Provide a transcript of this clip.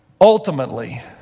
ultimately